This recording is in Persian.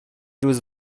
روز